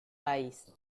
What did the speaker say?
país